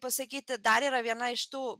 pasakyti dar yra viena iš tų